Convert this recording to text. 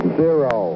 zero